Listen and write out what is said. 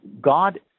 God